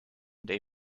they